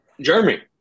Jeremy